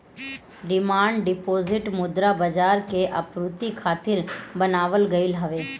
demand deposit मुद्रा बाजार के आपूर्ति खातिर बनावल गईल हवे